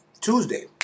Tuesday